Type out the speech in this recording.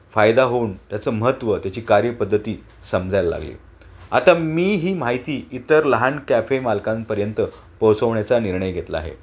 फायदा होऊन त्याचं महत्त्व त्याची कार्यपद्धती समजायला लागली आता मी ही माहिती इतर लहान कॅफे मालकांपर्यंत पोहोचवण्याचा निर्णय घेतला आहे